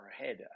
ahead